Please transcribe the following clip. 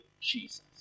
Jesus